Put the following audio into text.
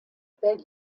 beg